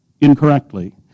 incorrectly